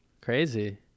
crazy